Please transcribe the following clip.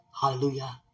Hallelujah